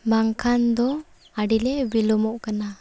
ᱵᱟᱝᱠᱷᱟᱱ ᱫᱚ ᱟᱹᱰᱤᱞᱮ ᱵᱤᱞᱚᱢᱚᱜ ᱠᱟᱱᱟ